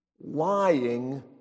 lying